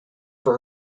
for